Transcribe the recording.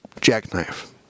jackknife